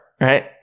right